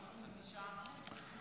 אדוני יושב-ראש הישיבה,